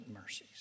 mercies